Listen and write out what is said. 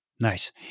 Nice